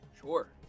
sure